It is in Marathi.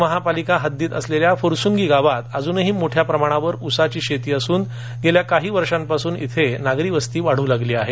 पुणे महापालिका हद्दीत असलेल्या फुरसुंगी गावात अजूनही मोठ्या प्रमाणावर उसाची शेती असून गेल्या काही वर्षापासून इथली नागरी वस्ती वाढू लागली आहे